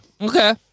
Okay